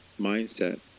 mindset